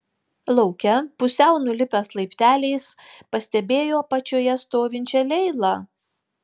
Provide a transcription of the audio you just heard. lauke pusiau nulipęs laipteliais pastebėjo apačioje stovinčią leilą